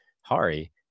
Hari